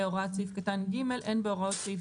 והוראת סעיף קטן (ג): אין בהוראות סעיף